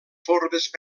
formes